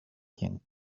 quien